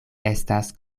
estas